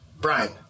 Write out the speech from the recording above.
Brian